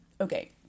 Okay